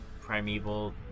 Primeval